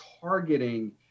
targeting